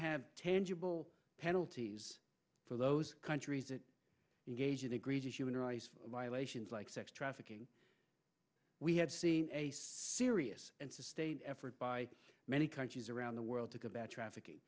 have tangible penalties for those countries that engage in egregious human rights violations like sex trafficking we have seen a serious and sustained effort by many countries around the world to combat trafficking